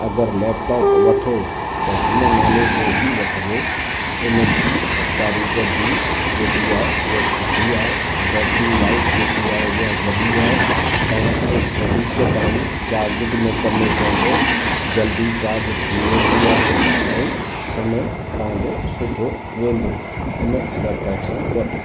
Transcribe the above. अगरि लैपटॉप वठो त हिन नाले जो ई वठिजो इनजी कारीगरी जेकी आहे उहा सुठी आहे बैट्री लाइफ़ जेकी आहे उहा वॾी आहे तव्हां खे वधीक टाइम चार्ज बि न करिणो पवंदो जल्दी चार्ज थी वेंदी आहे ऐं समय तव्हां जो सुठो वेंदो इन लैपटॉप सां गॾु